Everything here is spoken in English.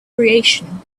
creation